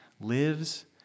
lives